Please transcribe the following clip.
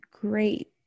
Great